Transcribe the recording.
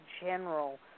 general